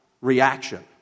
reaction